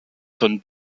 von